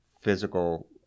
physical